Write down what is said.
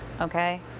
okay